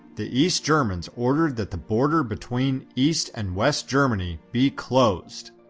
the east germans ordered that the border between east and west germany be closed.